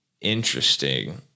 interesting